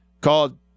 called –